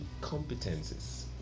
competences